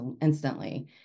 instantly